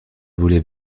voler